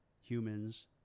humans